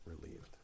relieved